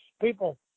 people